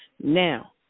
Now